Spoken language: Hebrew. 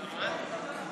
תודה.